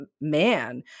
man